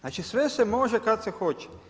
Znači sve se može kad se hoće.